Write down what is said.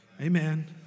amen